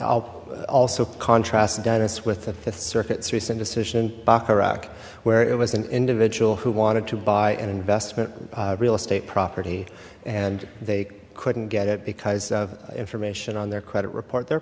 s also contrast dennis with the fifth circuit cerise in decision back iraq where it was an individual who wanted to buy an investment real estate property and they couldn't get it because of information on their credit report their